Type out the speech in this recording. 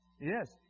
Yes